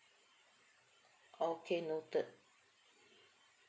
okay noted